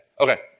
Okay